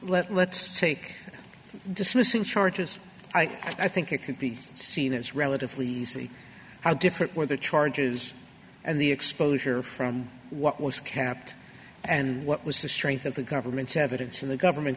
let let's take dismissing charges i think it could be seen as relatively easy how different were the charges and the exposure from what was kept and what was the strength of the government's evidence in the government